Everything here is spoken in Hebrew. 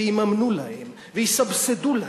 ויממנו להם, ויסבסדו להם,